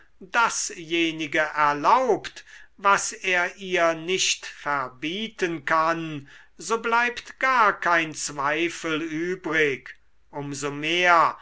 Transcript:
dasjenige erlaubt was er ihr nicht verbieten kann so bleibt gar kein zweifel übrig um so mehr